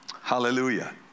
Hallelujah